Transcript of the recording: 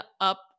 up